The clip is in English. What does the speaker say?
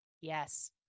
Yes